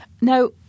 Now